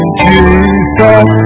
Jesus